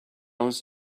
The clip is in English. was